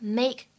make